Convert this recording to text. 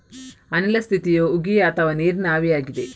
ಅನಿಲ ಸ್ಥಿತಿಯು ಉಗಿ ಅಥವಾ ನೀರಿನ ಆವಿಯಾಗಿದೆ